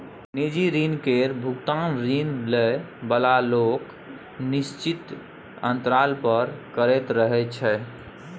निजी ऋण केर भोगतान ऋण लए बला लोक निश्चित अंतराल पर करैत रहय छै